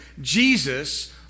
Jesus